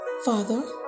Father